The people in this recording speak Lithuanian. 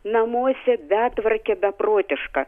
namuose betvarkė beprotiška